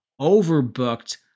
overbooked